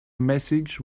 message